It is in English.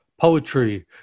Poetry